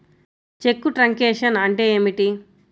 చెక్కు truncation అంటే ఏమిటి?